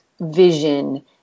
vision